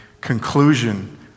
conclusion